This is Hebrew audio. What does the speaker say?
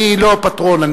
אני לא פטרון,